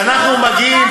כשאנחנו מגיעים,